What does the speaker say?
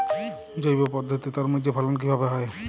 জৈব পদ্ধতিতে তরমুজের ফলন কিভাবে হয়?